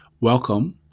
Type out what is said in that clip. Welcome